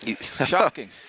shocking